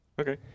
Okay